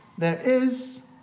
there is,